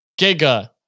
giga